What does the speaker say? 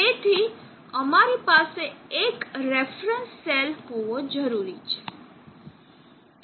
તેથી અમારી પાસે એક રેફરન્સ સેલ હોવો જરૂરી છે